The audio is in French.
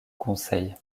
conseil